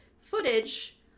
footage